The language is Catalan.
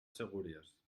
segúries